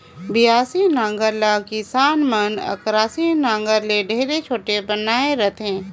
बियासी नांगर ल किसान मन अकरासी नागर ले ढेरे छोटे बनाए रहथे